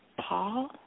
Paul